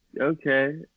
okay